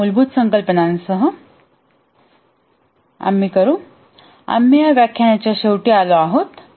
या मूलभूत संकल्पनांसह आम्ही करू आम्ही या व्याख्यानाच्या शेवटी आलो आहोत